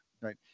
Right